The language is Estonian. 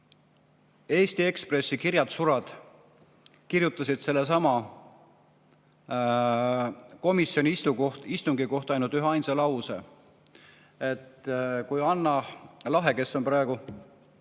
Eesti Ekspressi kirjatsurad kirjutasid sellesama komisjoni istungi kohta ainult üheainsa lause. Kui Hanah Lahe, kes siin